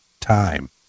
time